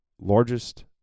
largest